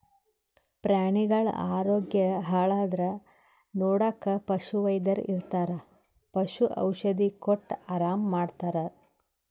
ಪ್ರಾಣಿಗಳ್ ಆರೋಗ್ಯ ಹಾಳಾದ್ರ್ ನೋಡಕ್ಕ್ ಪಶುವೈದ್ಯರ್ ಇರ್ತರ್ ಪಶು ಔಷಧಿ ಕೊಟ್ಟ್ ಆರಾಮ್ ಮಾಡ್ತರ್